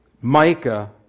Micah